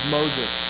Moses